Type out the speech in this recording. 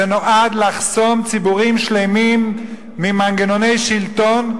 זה נועד לחסום ציבורים שלמים ממנגנוני שלטון,